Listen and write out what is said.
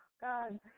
God